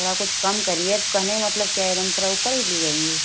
थोड़ा कुछ कम करिए कहने का मतलब क्या है पुरा ऊपर ही ले जाएँगी